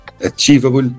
achievable